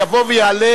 יבוא ויעלה